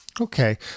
Okay